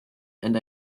and